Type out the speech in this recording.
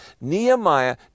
Nehemiah